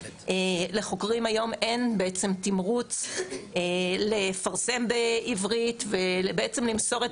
לחוקרים היום אין תמרוץ לפרסם בעברית ובעצם למסור את